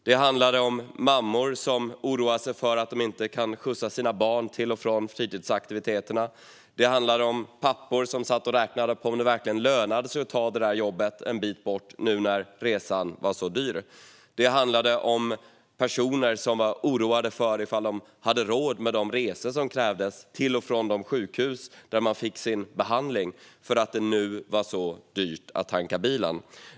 Det handlade om mammor som oroar sig för att inte kunna skjutsa sina barn till och från fritidsaktiviteter och om pappor som sitter och räknar på om det verkligen lönar sig att ta det där jobbet en bit bort nu när resan är så dyr. Det handlade om personer som oroar sig för om de har råd med de resor som krävs till och från de sjukhus där de får sin behandling, eftersom det nu är så dyrt att tanka bilen.